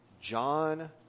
John